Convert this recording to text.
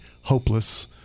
hopeless